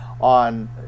on